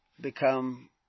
become